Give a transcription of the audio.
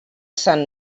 sant